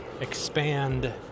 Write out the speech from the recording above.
expand